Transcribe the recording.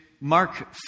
Mark